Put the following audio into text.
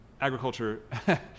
agriculture